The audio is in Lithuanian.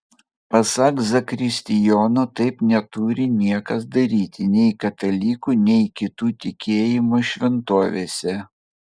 pasak zakristijono taip neturi niekas daryti nei katalikų nei kitų tikėjimų šventovėse